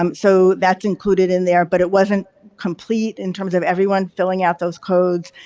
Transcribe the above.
um so, that's included in there, but it wasn't complete in terms of everyone filling out those codes,